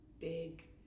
big